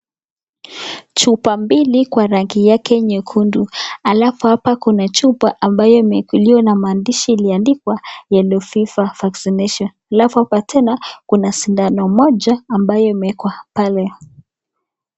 Chupa mbili kwa rangi yake nyekundu. Alafu hapa kuna chupa iliyo na maandishi iliyoandikwa yellow fever vaccination . Alafu hapa tena, kuna sindano moja ambayo imewekwa pale.